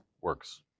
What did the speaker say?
works